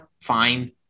fine